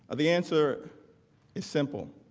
the answer is simple.